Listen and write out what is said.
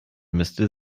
müsste